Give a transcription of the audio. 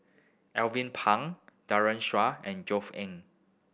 Alvin Pang Daren Shiau and Josef Ng